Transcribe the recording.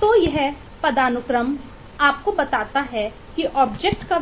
तो यह पदानुक्रम आपको बताता है कि ऑब्जेक्ट के